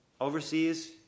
Overseas